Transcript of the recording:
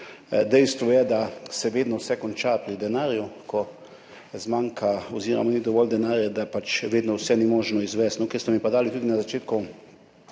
Dejstvo je, da se vedno vse konča pri denarju. Ko zmanjka oziroma ni dovolj denarja, ni vedno možno izvesti vsega. Ker ste mi pa dali na začetku